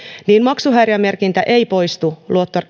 niin maksuhäiriömerkintä ei poistu